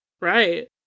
Right